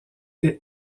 des